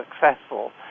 successful